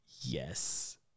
Yes